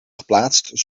geplaatst